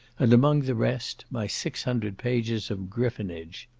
and among the rest, my six hundred pages of griffonage.